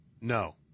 No